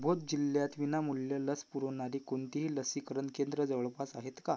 बौध जिल्ह्यात विनामूल्य लस पुरवणारी कोणतीही लसीकरण केंद्र जवळपास आहेत का